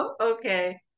Okay